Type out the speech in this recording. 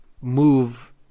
move